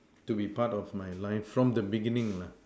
to be part of my life from the beginning lah